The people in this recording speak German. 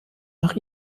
nach